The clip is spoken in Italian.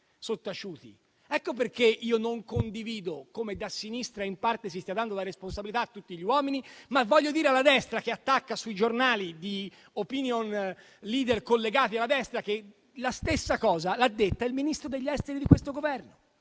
Ecco perché non condivido che - come si sta facendo in parte della sinistra - si dia la responsabilità a tutti gli uomini. Ma voglio dire alla destra, che attacca sui giornali di *opinion leader* collegati alla destra, che la stessa cosa l'ha detta il Ministro degli affari esteri di questo Governo.